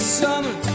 summer